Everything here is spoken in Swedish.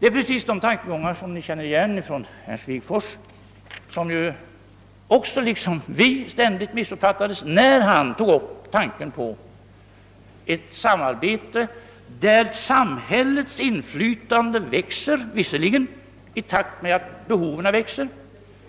Detta är precis de tankegångar som ni känner igen från Ernst Wigforss, som ju, liksom fallet är med oss nu, missuppfattades när han förde fram tanken på ett samarbete, där samhällets inflytande visserligen växer i takt med att behoven växer